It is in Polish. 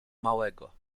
małego